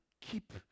keep